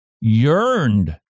yearned